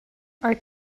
are